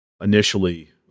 initially